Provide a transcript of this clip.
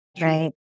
Right